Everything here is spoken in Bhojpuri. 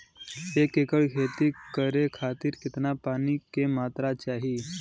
एक एकड़ खेती करे खातिर कितना पानी के मात्रा चाही?